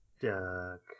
Duck